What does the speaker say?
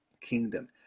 kingdom